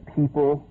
people